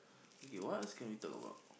okay what else can we talk about